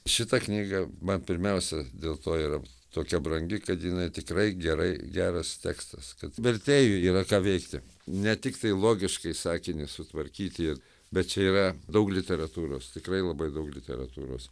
šita knyga man pirmiausia dėl to yra tokia brangi kad jinai tikrai gerai geras tekstas kad vertėjui yra ką veikti ne tiktai logiškai sakinį sutvarkyti ir bet čia yra daug literatūros tikrai labai daug literatūros